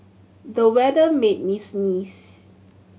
the weather made me sneeze